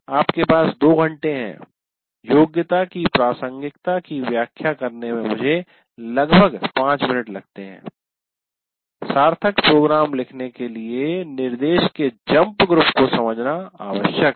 आपके पास 2 घंटे हैं योग्यता की प्रासंगिकता की व्याख्या करने में मुझे लगभग 5 मिनट लगते हैं सार्थक प्रोग्राम लिखने के लिए निर्देश के जम्प ग्रुप को समझना आवश्यक है